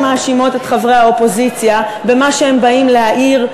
מאשימות את חברי האופוזיציה במה שהם באים להעיר,